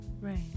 right